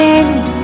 end